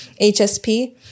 HSP